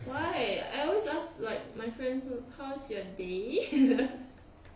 why I always ask like my friend who how's your day